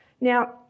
Now